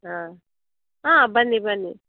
ಹಾಂ ಹಾಂ ಬನ್ನಿ ಬನ್ನಿ